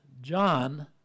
john